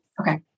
okay